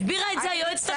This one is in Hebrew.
הסבירה את זה היועצת המשפטית.